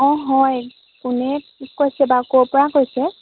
অঁ হয় কোনে বিছাৰিছে বা ক'ৰ পৰা কৈছে